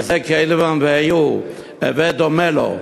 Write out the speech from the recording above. זה קלי ואנוהו: הווי דומה לו,